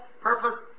purpose